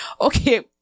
Okay